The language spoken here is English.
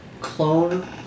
clone